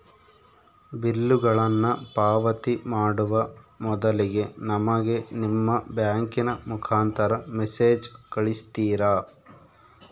ಬಿಲ್ಲುಗಳನ್ನ ಪಾವತಿ ಮಾಡುವ ಮೊದಲಿಗೆ ನಮಗೆ ನಿಮ್ಮ ಬ್ಯಾಂಕಿನ ಮುಖಾಂತರ ಮೆಸೇಜ್ ಕಳಿಸ್ತಿರಾ?